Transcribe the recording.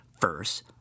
first